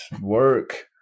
work